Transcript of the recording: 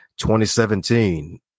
2017